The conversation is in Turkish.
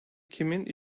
kimin